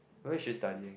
where is she studying